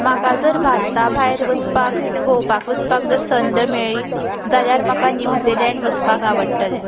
म्हाका जर भारता भायर वचपाक भोंवपाक वचपाक जर संद मेळ्ळी जाल्यार म्हाका न्युजीलँडाक वचपाक आवडटलें